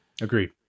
agreed